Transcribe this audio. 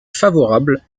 favorable